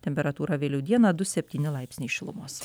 temperatūra vėliau dieną du septyni laipsniai šilumos